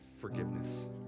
forgiveness